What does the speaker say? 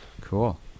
Cool